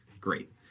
great